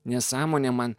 nesąmonė man